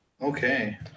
Okay